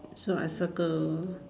so I circle